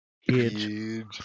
Huge